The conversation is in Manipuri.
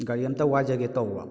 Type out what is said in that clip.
ꯒꯥꯔꯤ ꯑꯝꯇ ꯋꯥꯏꯖꯒꯦ ꯇꯧꯕ